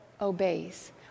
obeys